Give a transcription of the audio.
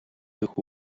дэх